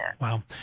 Wow